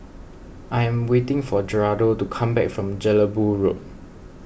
I am waiting for Geraldo to come back from Jelebu Road